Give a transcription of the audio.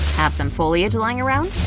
have some foliage lying around?